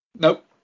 Nope